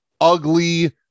ugly